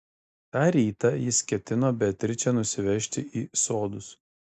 tą rytą jis ketino beatričę nusivežti į sodus